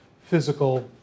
physical